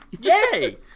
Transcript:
Yay